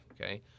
Okay